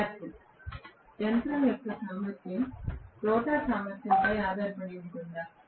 విద్యార్థి యంత్రం యొక్క సామర్థ్యం రోటర్ సామర్థ్యంపై ఆధారపడి ఉంటుందా